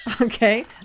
Okay